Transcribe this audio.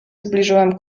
zbliżyłem